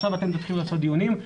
עכשיו אתם תתחילו לעשות דיונים,